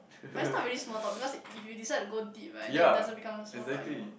but it's not really small talk because if you decide to go deep right then it doesn't become small talk anymore